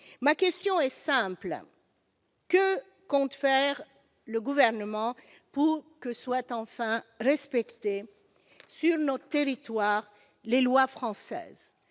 ma question est simple : que compte faire le Gouvernement pour que soient enfin respectés, sur notre territoire, les lois françaises,